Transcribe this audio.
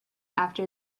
after